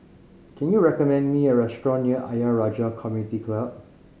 can you recommend me a restaurant near Ayer Rajah Community Club